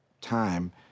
time